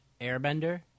airbender